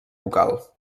bucal